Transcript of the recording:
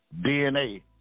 DNA